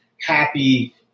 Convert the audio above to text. happy